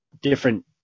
different